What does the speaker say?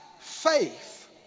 faith